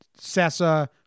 Sessa